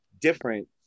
different